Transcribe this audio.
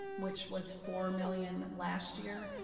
which was four million last year,